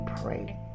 pray